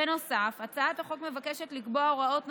בנוסף, הצעת החוק מבקשת לקבוע הוראות נוספות,